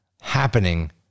happening